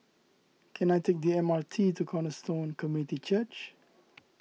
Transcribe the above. can I take the M R T to Cornerstone Community Church